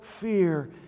fear